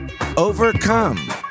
overcome